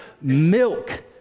milk